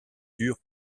dure